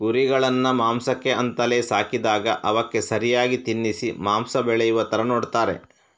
ಕುರಿಗಳನ್ನ ಮಾಂಸಕ್ಕೆ ಅಂತಲೇ ಸಾಕಿದಾಗ ಅವಕ್ಕೆ ಸರಿಯಾಗಿ ತಿನ್ನಿಸಿ ಮಾಂಸ ಬೆಳೆಯುವ ತರ ನೋಡ್ತಾರೆ